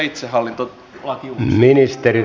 arvoisa herra puhemies